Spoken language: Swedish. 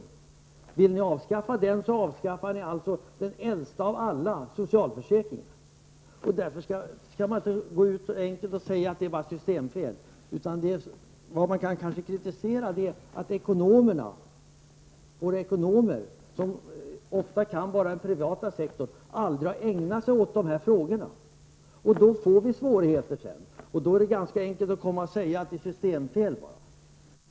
Om ni vill avskaffa den så avskaffar ni den äldsta av alla socialförsäkringar. Därför skall man inte gå ut och säga att det bara är systemfel. Man kan kanske kritisera att våra ekonomer, som ofta bara kan den privata sektorn, aldrig har ägnat sig åt dessa frågor. Då får vi svårigheter sedan. Då är det ganska enkelt att komma och säga att det bara är systemfel.